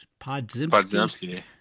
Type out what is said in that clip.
Podzimski